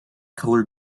color